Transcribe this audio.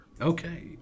okay